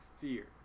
fear